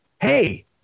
hey